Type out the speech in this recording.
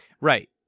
Right